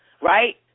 right